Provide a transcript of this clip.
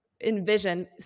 envision